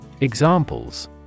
Examples